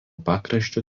pakraščiu